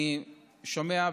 אני שומע,